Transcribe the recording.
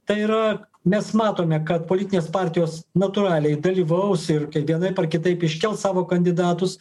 tai yra mes matome kad politinės partijos natūraliai dalyvaus ir vienaip ar kitaip iškels savo kandidatus